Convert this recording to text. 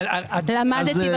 אדוני היושב-ראש,